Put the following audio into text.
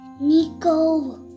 Nico